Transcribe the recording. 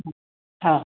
हा